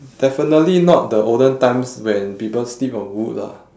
definitely not the olden times when people sleep on wood lah